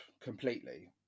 completely